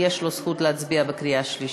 יש לו זכות להצביע בקריאה השלישית.